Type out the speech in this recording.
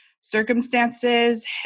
circumstances